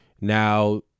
Now